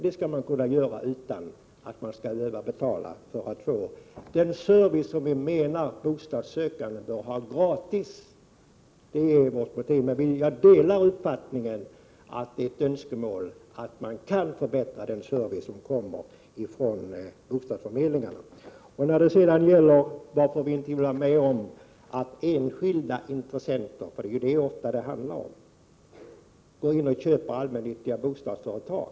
Det skall kunna ske utan att man skall behöva betala för att få den service som vi menar att bostadssökande skall få gratis. Jag delar uppfattningen att det är ett önskemål att förbättra bostadsförmedlingarnas service. Sedan till frågan varför vi inte vill vara med om att enskilda intressenter — det handlar det ju oftast om — går in och köper allmännyttiga bostadsföretag.